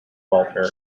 welfare